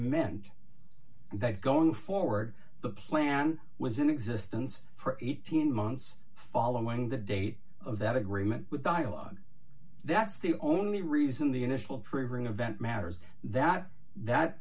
meant that going forward the plan was in existence for eighteen months following the date of that agreement with dialogue that's the only reason the initial triggering event matters that that